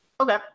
Okay